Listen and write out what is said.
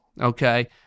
okay